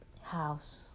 house